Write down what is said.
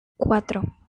cuatro